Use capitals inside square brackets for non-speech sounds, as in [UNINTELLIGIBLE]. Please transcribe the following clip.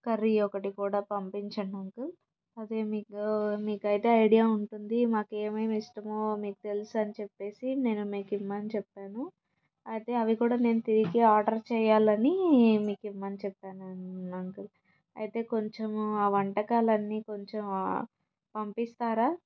curry ఒకటి కూడా పంపించండి అంకుల్ అదే మీకు మీకు అయితే ఐడియా ఉంటుంది మాకు ఏమేమి ఇష్టమో మీకు తెలుసని చెప్పేసి నేను మీకు ఇమ్మని చెప్పాను అయితే అవి కూడా తిరిగి ఆర్డర్ చేయాలని మీకు ఇమ్మని చెప్పాను [UNINTELLIGIBLE] అంకుల్ అయితే కొంచెము ఆ వంటకాలు అన్నీ కొంచెం పంపిస్తారా